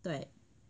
对